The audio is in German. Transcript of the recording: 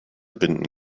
binden